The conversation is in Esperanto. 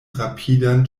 rapidan